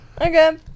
Okay